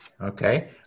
Okay